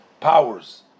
powers